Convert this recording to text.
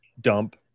dump